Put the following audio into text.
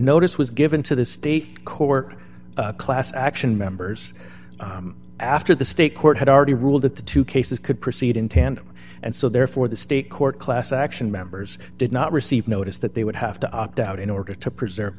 notice was given to the state court class action members after the state court had already ruled that the two cases could proceed in tandem and so therefore the state court class action members did not receive notice that they would have to opt out in order to preserve